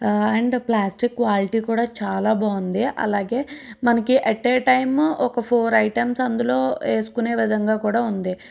and plastic quality కూడా చాలా బాగుంది అలాగే మనకి అట్ ఏ టైం ఒక ఫోర్ ఐటమ్స్ అందులో వేసుకునే విధంగా కూడా ఉంది